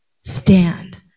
Stand